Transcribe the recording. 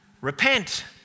Repent